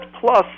plus